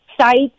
sites